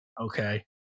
Okay